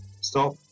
Stop